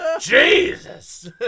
Jesus